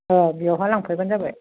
अ बेयावहाय लांफैबानो जाबाय